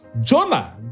Jonah